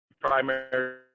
primary